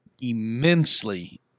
immensely